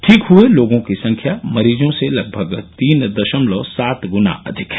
ठीक हए लोगों की संख्या मरीजों से लगभग तीन दशमलव सात गृना अधिक है